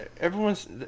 Everyone's